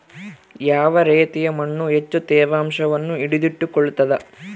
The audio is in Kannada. ಯಾವ ರೇತಿಯ ಮಣ್ಣು ಹೆಚ್ಚು ತೇವಾಂಶವನ್ನು ಹಿಡಿದಿಟ್ಟುಕೊಳ್ತದ?